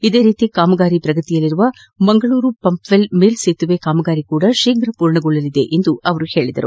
ಇದೇ ರೀತಿ ಕಾಮಗಾರಿ ಪ್ರಗತಿಯಲ್ಲಿರುವ ಮಂಗಳೂರು ಪಂಪ್ವೆಲ್ ಮೇಲ್ಸೇತುವೆ ಕಾಮಗಾರಿ ಕೂಡ ಶೀಫ್ರ ಪೂರ್ಣಗೊಳ್ಳಲಿದೆ ಎಂದು ಅವರು ಹೇಳಿದರು